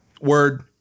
word